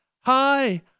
Hi